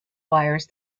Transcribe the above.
wires